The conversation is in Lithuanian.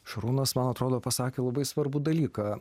šarūnas man atrodo pasakė labai svarbų dalyką